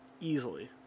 easily